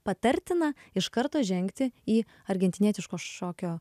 patartina iš karto žengti į argentinietiško šokio